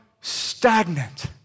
stagnant